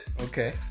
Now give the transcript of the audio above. Okay